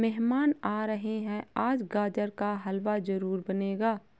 मेहमान आ रहे है, आज गाजर का हलवा जरूर बनेगा